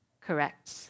correct